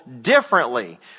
differently